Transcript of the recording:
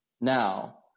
Now